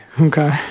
okay